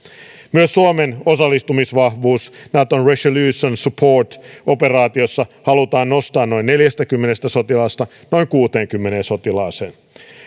myös suomen osallistumisvahvuus naton resolute support operaatiossa halutaan nostaa noin neljästäkymmenestä sotilaasta noin kuuteenkymmeneen sotilaaseen